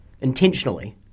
intentionally